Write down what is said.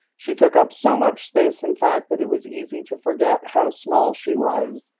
she took up so much space in fact, that it was easy to forget how small she was.